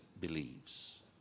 believes